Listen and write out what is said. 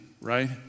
right